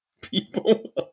People